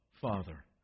Father